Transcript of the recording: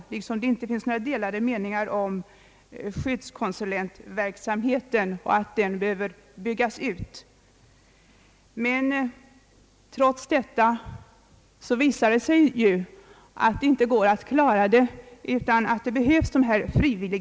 Det finns inte heller några delade meningar om att skyddskonsulentverksamheten behöver byggas ut. Men trots detta visar det sig ju att det inte går att klara det hela utan frivilliga insatser. Jag kan inte komma ifrån att KRUM under den korta tid denna organisation har verkat har tagit så många initiativ och utfört ett så bra arbete främst på kontaktsidan, att vi i dag borde vara beredda att bevilja det statsbidrag som här föreslås.